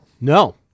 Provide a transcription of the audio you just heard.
No